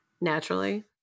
naturally